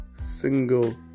single